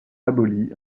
abolies